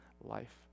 life